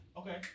okay